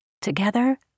Together